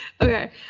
okay